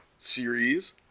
series